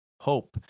hope